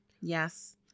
yes